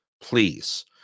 please